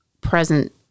present